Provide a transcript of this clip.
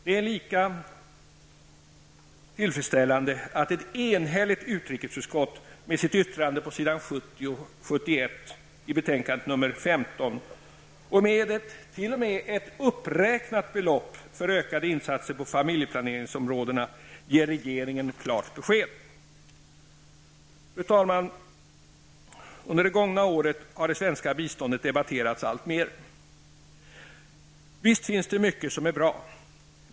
Det är lika tillfredsställande att ett enhälligt utrikesutskott med sitt yttrande på s. 70 och 71 i betänkande nr 15 och med ett uppräknat belopp för ökade insatser på familjeplaneringsområden ger regeringen klart besked. Fru talman! Under det gångna året har det svenska biståndet debatterats alltmer. Visst finns det mycket som är bra.